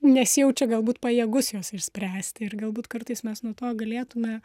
nesijaučia galbūt pajėgus jos išspręsti ir galbūt kartais mes nuo to galėtume